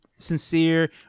sincere